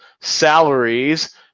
salaries